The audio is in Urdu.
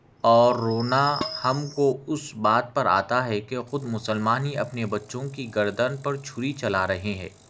اور رونا ہم کو اس بات پر آتا ہے کہ خود مسلمان ہی اپنے بچوں کی گردن پر چھری چلا رہے ہے